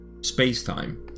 space-time